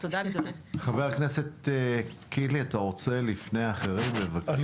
חבר הכנסת קינלי, בבקשה.